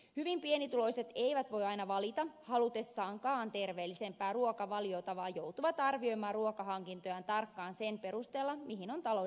hyvin pienituloiset eivät voi aina valita halutessaankaan terveellisempää ruokavaliota vaan joutuvat arvioimaan ruokahankintojaan tarkkaan sen perusteella mihin on taloudellisesti varaa